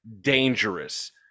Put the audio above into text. dangerous